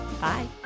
Bye